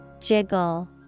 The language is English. Jiggle